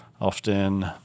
Often